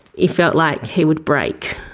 it felt like he would break.